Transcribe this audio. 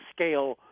scale